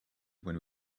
when